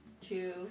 two